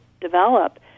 develop